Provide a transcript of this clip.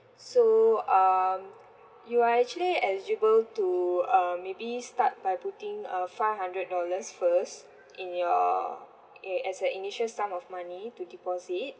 so um you are actually eligible to um maybe start by putting a five hundred dollars first in your eh as a initial sum of money to deposit